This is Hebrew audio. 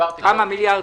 כמה מיליארדים?